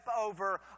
over